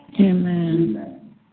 Amen